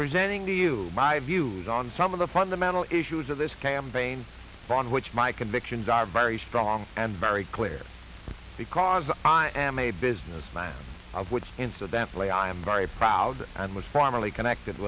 presenting to you by views on some of the fundamental issues of this campaign on which my convictions are very strong and very clear because i am a a businessman which incidentally i am very proud and was formerly connected